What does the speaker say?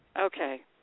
Okay